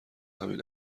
همین